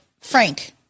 Frank